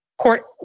court